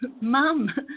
mum